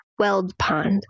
weldpond